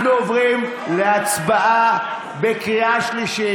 אנחנו עוברים להצבעה בקריאה שלישית.